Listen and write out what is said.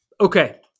Okay